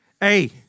Hey